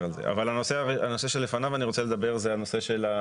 הנושא עליו אני רוצה לדבר זה הרישום